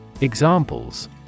Examples